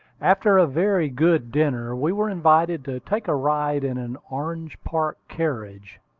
after a very good dinner, we were invited to take a ride in an orange park carriage.